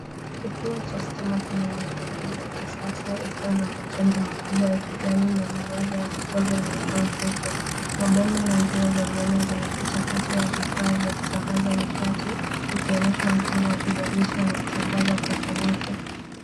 Kituo cha stima chenye miundo mbinu ya kisasa ikiwa na majengo makubwa ya kijani na minara ya kupoza inatoa mvuke. Mabomba na njia za umeme zinapitia kati ya vifaa vya kusambaza nishati, zikionyesha mfumo wa kuzalisha na kusambaza kwa ufanisi.